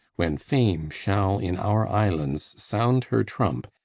when fame shall in our island sound her trump,